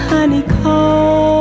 Honeycomb